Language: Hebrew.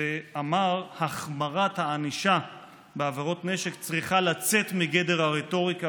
"החמרת הענישה בעבירות נשק צריכה לצאת מגדר הרטוריקה